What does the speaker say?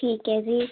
ਠੀਕ ਹੈ ਜੀ